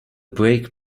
brake